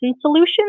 solutions